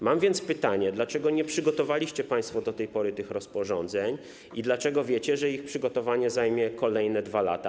Mam zatem pytanie, dlaczego nie przygotowaliście państwo do tej pory tych rozporządzeń i na jakiej podstawie wiecie, że ich przygotowanie zajmie kolejne 2 lata.